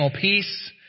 peace